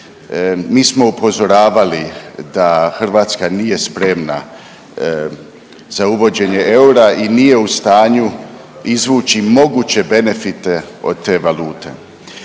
Mi smo upozoravali da Hrvatska nije spremna za uvođenje eura i nije u stanju izvući moguće benefite od te valute.